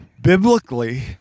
biblically